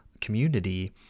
community